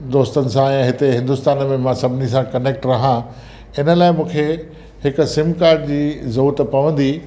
दोस्तनि सां हिते हिन्दुस्तान में मां सभिनी सां कनेक्ट रहां हिन लाइ मूंखे हिकु सिम काड जी ज़रूरत पवंदी